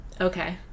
Okay